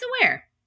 aware